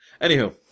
Anywho